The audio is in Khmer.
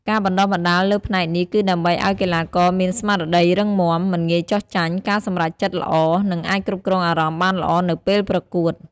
ការបណ្តុះបណ្តាលលើផ្នែកនេះគឺដើម្បីឲ្យកីឡាករមាន ស្មារតីរឹងមាំ មិនងាយចុះចាញ់ ការសម្រេចចិត្តល្អ និងអាចគ្រប់គ្រងអារម្មណ៍បានល្អនៅពេលប្រកួត។